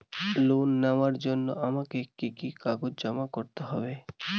Loan নেওয়ার জন্য আমাকে কি কি কাগজ জমা করতে হবে?